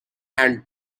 and